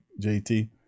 JT